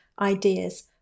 ideas